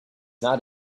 not